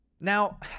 Now